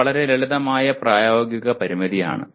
ഇത് വളരെ ലളിതമായ പ്രായോഗിക പരിമിതിയാണ്